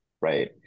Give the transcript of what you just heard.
right